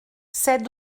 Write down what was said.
c’est